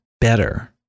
better